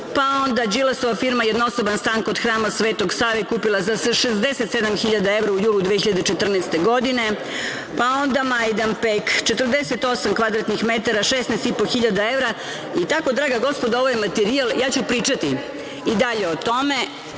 Pa onda, Đilasova firma je jednosoban stan kod Hrama Svetog Save kupila za 67.000 evra u julu 2014. godine. Onda Majdanpek – 48 kvadratnih metara, 16.500 evra.I tako, draga gospodo, ovo je materijal, ja ću pričati i dalje o tome,